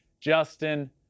Justin